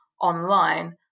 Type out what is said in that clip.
online